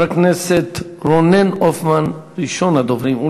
הצעות לסדר-היום מס' 3127,